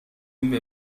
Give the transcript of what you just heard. این